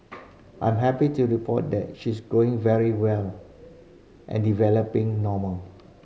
I'm happy to report that she's growing very well and developing normal